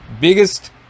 biggest